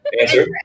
Answer